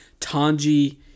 Tanji